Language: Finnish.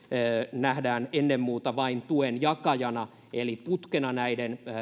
nähdään ennen muuta vain tuen jakajana eli putkena näiden